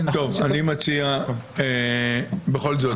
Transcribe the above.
זה נכון שפה --- אני מציע בכל זאת